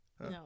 no